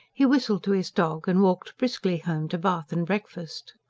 he whistled to his dog, and walked briskly home to bath and breakfast.